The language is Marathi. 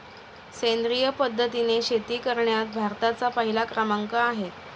सेंद्रिय पद्धतीने शेती करण्यात भारताचा पहिला क्रमांक आहे